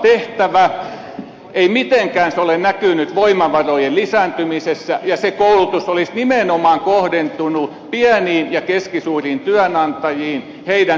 se ei mitenkään ole näkynyt voimavarojen lisääntymisessä ja se koulutus olisi nimenomaan kohdentunut pieniin ja keskisuuriin työnantajiin heidän työyhteisökoulutukseensa